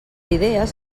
idees